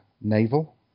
naval